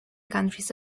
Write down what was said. countries